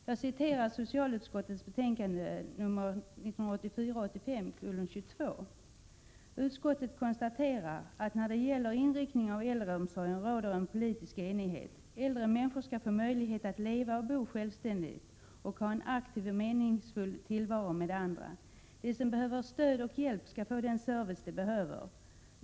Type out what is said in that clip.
Jag citerar ur socialutskottets betänkande 1984/85:22: ”Utskottet konstaterar att det när det gäller inriktningen av äldreomsorgen råder en bred politisk enighet. Äldre människor skall få möjlighet att leva och bo självständigt och ha en aktiv och meningsfull tillvaro med andra. De som behöver stöd och hjälp skall få den service de behöver.